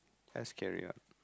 just carry on